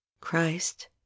christ